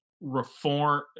reform